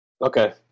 Okay